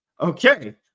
okay